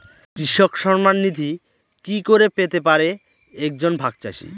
কৃষক সন্মান নিধি কি করে পেতে পারে এক জন ভাগ চাষি?